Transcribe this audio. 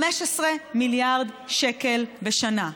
15 מיליארד שקל בשנה.